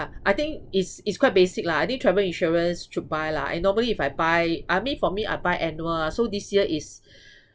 I think it's it's quite basic lah I think travel insurance should buy lah and normally if I buy I mean for me I buy annual lah so this year is